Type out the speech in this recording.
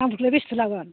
दामफोरखौलाय बेसेथो लागोन